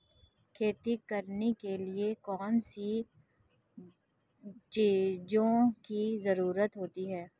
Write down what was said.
खेती करने के लिए कौनसी चीज़ों की ज़रूरत होती हैं?